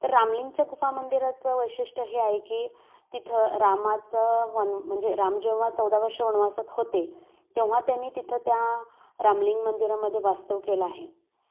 तर रामलिंगच्या गुफा मंदिराचं वैशिष्ट्य हे आहे की तिथं रामाचं वन म्हणजे राम जेव्हा चौदा वर्ष वनवासात होते तेव्हा त्यांनी तिथं त्या रामलिंग मंदिरामध्ये वास्तव केला आहे